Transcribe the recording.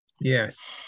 Yes